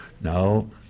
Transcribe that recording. No